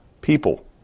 people